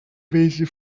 wesen